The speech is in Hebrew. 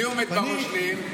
לא.